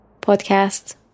podcast